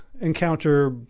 encounter